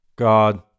God